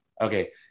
okay